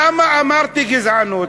למה אמרתי גזענות?